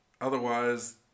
otherwise